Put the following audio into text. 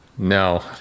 No